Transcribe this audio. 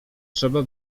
trzeba